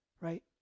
right